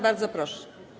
Bardzo proszę.